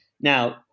Now